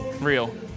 Real